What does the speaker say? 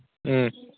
ꯎꯝ